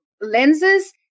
Lenses